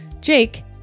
Jake